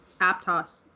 Aptos